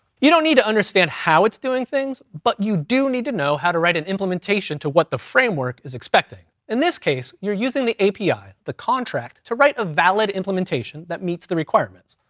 you don't need to understand how it's doing things, but you do need to know how to write an implementation to what the framework is expecting. in this case, you're using the api, the contract to write a valid implementation that meets the requirements.